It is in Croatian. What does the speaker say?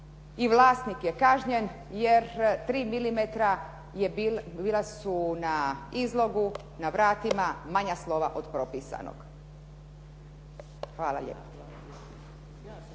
i vlasnik je kažnjen jer 3mm bila su na izlogu na vratima manja slova od propisanog. Hvala lijepo.